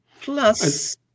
Plus